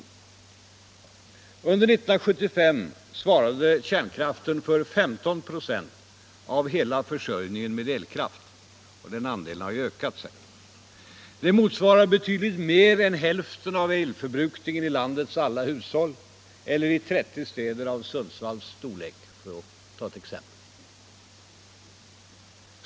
Under 1975 svarade kärnkraften för 15 96 av hela försörjningen med elkraft. Den andelen har sedan dess ökat. Det motsvarar betydligt mer än hälften av elförbrukningen i landets alla hushåll eller i 30 städer av Sundsvalls storlek, för att ta ett exempel.